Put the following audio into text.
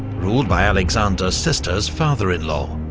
ruled by alexander's sister's father-in-law.